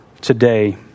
today